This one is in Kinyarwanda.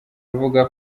avuga